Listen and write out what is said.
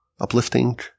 uplifting